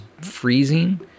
freezing